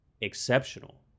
exceptional